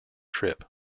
trip